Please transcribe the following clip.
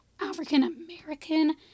African-American